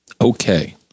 Okay